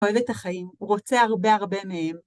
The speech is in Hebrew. הוא אוהב את החיים, הוא רוצה הרבה הרבה מהם.